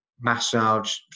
massage